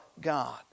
God